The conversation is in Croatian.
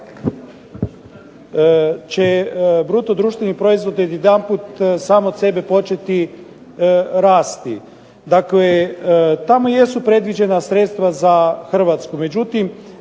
odjedanput će bruto društveni proizvod odjedanput sam od sebe početi rasti. Dakle, tamo jesu predviđena sredstva za Hrvatsku,